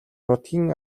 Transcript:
нутгийн